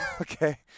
Okay